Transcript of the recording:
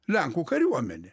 lenkų kariuomenę